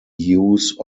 use